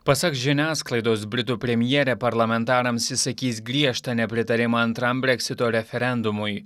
pasak žiniasklaidos britų premjerė parlamentarams išsakys griežtą nepritarimą antram breksito referendumui